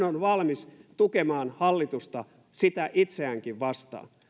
on valmis tukemaan hallitusta sitä itseäänkin vastaan